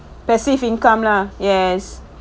passive income lah yes